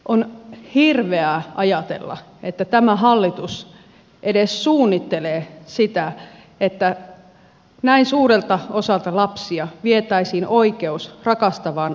on hirveää ajatella että tämä hallitus edes suunnittelee sitä että näin suurelta osalta lapsia vietäisiin oikeus rakastavaan aikuiseen ihmiseen